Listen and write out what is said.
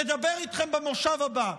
נדבר איתכם במושב הבא.